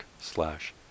slash